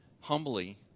humbly